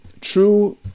true